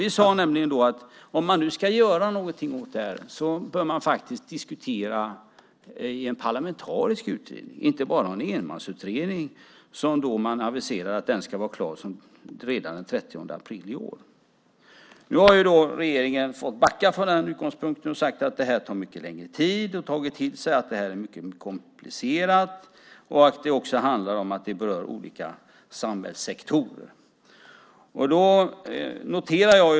Vi sade att om man ska göra någonting åt det här bör man diskutera det i en parlamentarisk utredning och inte bara ha en enmansutredning som regeringen aviserade skulle vara klar redan den 30 april i år. Nu har regeringen fått backa från den utgångspunkten och sagt att det tar mycket längre tid. Den har tagit till sig att detta är mycket komplicerat och att det berör olika samhällssektorer.